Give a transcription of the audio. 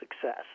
success